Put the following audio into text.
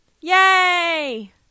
Yay